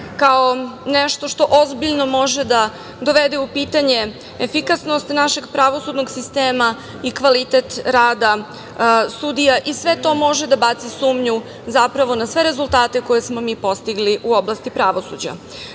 kao nešto što ozbiljno može da dovede u pitanje efikasnost našeg pravosudnog sistema i kvalitet rada sudija i sve to može da baci sumnju, zapravo, na sve rezultate koje smo mi postigli u oblasti pravosuđa. Zbog